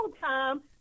time